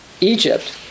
Egypt